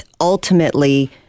ultimately